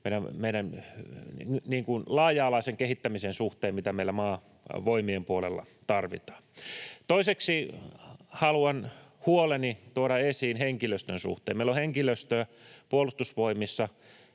laaja-alaisen kehittämisen suhteen, mitä meillä Maavoimien puolella tarvitaan. Toiseksi haluan huoleni tuoda esiin henkilöstön suhteen. Meillä on henkilöstö Puolustusvoimissa